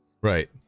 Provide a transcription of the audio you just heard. Right